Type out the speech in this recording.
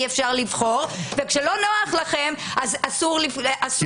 אפשר לבחור וכשלא נוח לכם אז אסור לצמצמם.